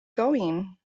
going